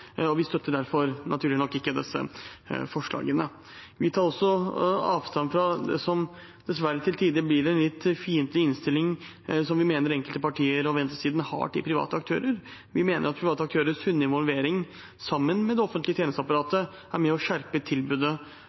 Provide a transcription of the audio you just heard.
og vi støtter derfor, naturlig nok, ikke disse forslagene. Vi tar også avstand fra det som dessverre til tider blir en litt fiendtlig innstilling til private aktører, som vi mener enkelte partier og venstresiden har. Vi mener at private aktørers sunne involvering sammen med det offentlige tjenesteapparatet er med